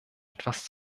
etwas